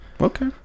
okay